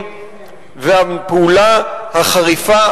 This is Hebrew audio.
והפעולה החריפה,